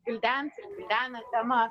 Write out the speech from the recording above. gvildens ir gvildena temą